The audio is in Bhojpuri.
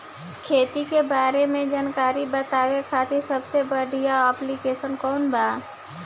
खेती के बारे में जानकारी बतावे खातिर सबसे बढ़िया ऐप्लिकेशन कौन बा?